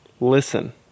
listen